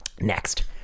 Next